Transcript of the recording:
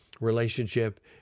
relationship